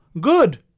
good